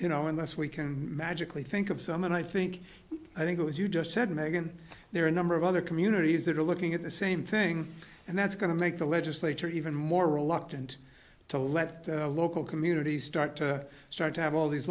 you know unless we can magically think of some and i think i think it was you just said meghan there are a number of other communities that are looking at the same thing and that's going to make the legislature even more reluctant to let local communities start to start to have all these